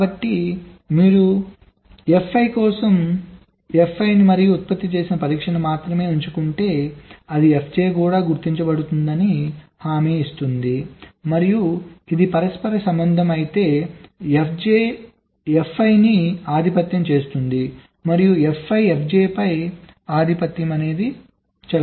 కాబట్టి మీరు fi కోసం fi మరియు ఉత్పత్తి చేసిన పరీక్షను మాత్రమే ఉంచుకుంటే అది fj కూడా గుర్తించబడుతుందని హామీ ఇస్తుంది మరియు ఇది పరస్పర సంబంధం అయితే fj fi ని ఆధిపత్యం చేస్తుంది మరియు fi fj పై ఆధిపత్యం చెలాయిస్తుంది